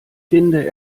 finde